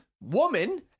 woman